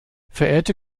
verehrte